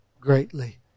greatly